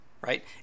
right